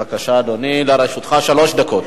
בבקשה, אדוני, לרשותך שלוש דקות.